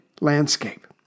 landscape